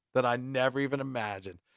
that i never even imagined.